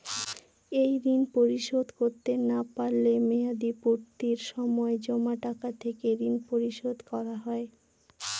এই ঋণ পরিশোধ করতে না পারলে মেয়াদপূর্তির সময় জমা টাকা থেকে ঋণ পরিশোধ করা হয়?